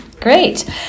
Great